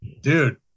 dude